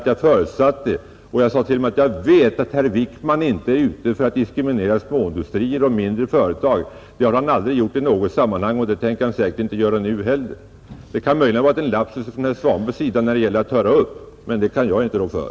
Jag förutsatte nämligen och sade det också, att herr Wickman inte är ute efter att diskriminera småindustrier och mindre företag. Det har han icke gjort och tänker säkert inte att göra det heller. Här kan det möjligen vara fråga om en lapsus från herr Svanbergs sida när det gäller att höra upp, men det kan jag inte rå för.